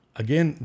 again